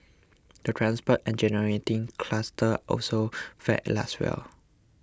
the transport engineering cluster also fared less well